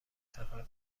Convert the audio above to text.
سفر